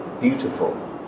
beautiful